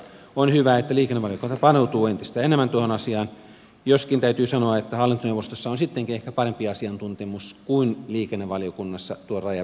on hyvä että liikennevaliokunta paneutuu entistä enemmän tuohon asiaan joskin täytyy sanoa että hallintoneuvostossa on sittenkin ehkä parempi asiantuntemus kuin liikennevaliokunnassa tuon rajan vetämiseen